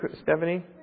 Stephanie